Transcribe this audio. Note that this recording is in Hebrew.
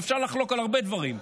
ואפשר לחלוק על הרבה דברים,